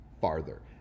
farther